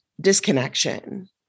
disconnection